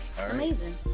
amazing